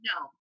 no